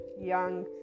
young